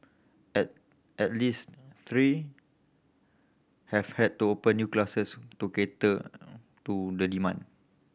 at at least three have had to open new classes to cater to the demand